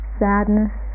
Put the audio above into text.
sadness